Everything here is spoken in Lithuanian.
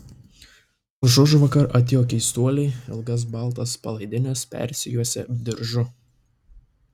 užužvakar atėjo keistuoliai ilgas baltas palaidines persijuosę diržu